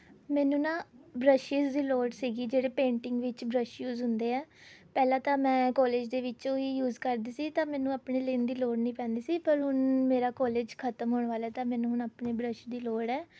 ਮੈਨੂੰ ਨਾ ਬਰੱਸ਼ਿਜ ਦੀ ਲੋੜ ਸੀਗੀ ਜਿਹੜੇ ਪੇਂਟਿੰਗ ਵਿੱਚ ਬਰੱਸ਼ ਯੂਜ਼ ਹੁੰਦੇ ਹੈ ਪਹਿਲਾਂ ਤਾਂ ਮੈਂ ਕੌਲਜ ਦੇ ਵਿੱਚ ਉਹੀ ਯੂਜ਼ ਕਰਦੀ ਸੀ ਤਾਂ ਮੈਨੂੰ ਆਪਣੇ ਲੈਣ ਦੀ ਲੋੜ ਨਹੀਂ ਪੈਂਦੀ ਸੀ ਪਰ ਹੁਣ ਮੇਰਾ ਕੌਲਜ ਖਤਮ ਹੋਣ ਵਾਲਾ ਏ ਤਾਂ ਮੈਨੂੰ ਹੁਣ ਆਪਣੇ ਬਰੱਸ਼ ਦੀ ਲੋੜ ਹੈ